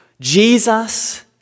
Jesus